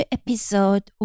episode